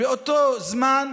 באותו זמן,